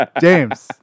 James